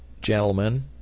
Gentlemen